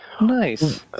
nice